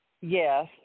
Yes